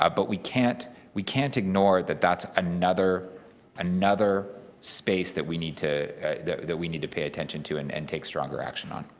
ah but we can't we can't ignore that that's another another space that we need to that we need to pay attention to and and take stronger action on.